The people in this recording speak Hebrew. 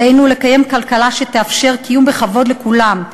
עלינו לקיים כלכלה שתאפשר קיום בכבוד לכולם,